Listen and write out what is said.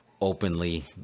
openly